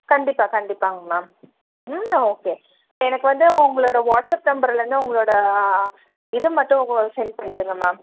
கண்டிப்பாக கண்டிப்பாங்க மேம் ம் ஓகே எனக்கு வந்து உங்களோட வாட்ஸப் நம்பரில் இருந்து உங்களோட இதை மட்டும் உங்களோடது சென்ட் பண்ணிவிடுங்க மேம்